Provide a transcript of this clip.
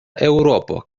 eŭropo